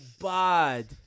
bad